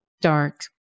dark